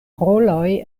roloj